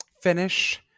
finish